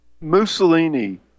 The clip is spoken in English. Mussolini